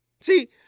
See